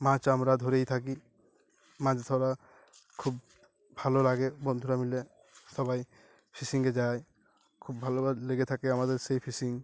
মাছ আমরা ধরেই থাকি মাছ ধরা খুব ভালো লাগে বন্ধুরা মিলে সবাই ফিশিংয়ে যায় খুব ভালো লেগে থাকে আমাদের সেই ফিশিং